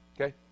Okay